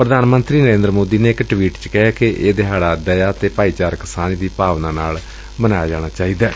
ਪ੍ਧਾਨ ਮੰਤਰੀ ਨਰੇਂਦਰ ਮੋਦੀ ਨੇ ਇਕ ਟਵੀਟ ਚ ਕਿਹੈ ਕਿ ਇਹ ਦਿਹਾੜਾ ਦਇਆ ਅਤੇ ਭਾਈਚਾਰਕ ਸਾਂਝ ਦੀ ਭਾਵਨਾ ਨਾਲ ਮਨਾਇਆ ਜਾਣਾ ਚਾਹੀਦੈ